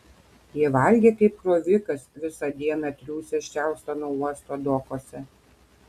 ji valgė kaip krovikas visą dieną triūsęs čarlstono uosto dokuose